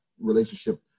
relationship